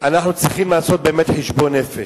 שאנחנו צריכים לעשות באמת חשבון נפש,